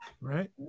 Right